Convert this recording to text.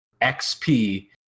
xp